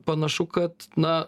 panašu kad na